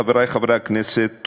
חברי חברי הכנסת,